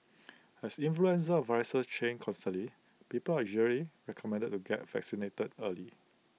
as influenza viruses change constantly people are usually recommended to get vaccinated early